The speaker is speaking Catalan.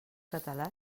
català